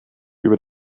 über